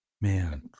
Man